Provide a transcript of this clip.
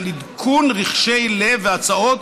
על עדכון רחשי לב והצעות,